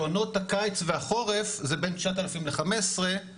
בעונות הקיץ והחורף זה בין 9,000 ל-15,000